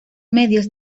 medias